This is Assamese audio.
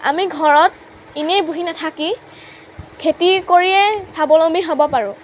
আমি ঘৰত এনেই বহি নাথাকি খেতি কৰিয়েই স্বাৱলম্বী হ'ব পাৰোঁ